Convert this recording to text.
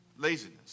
Laziness